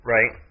Right